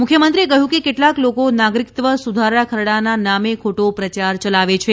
મુખ્યમંત્રીએ કહ્યું કે કેટલાક લોકો નાગરિકત્વ સુધાર ખરડાના નામે ખોટો પ્રચાર ચલાવે છે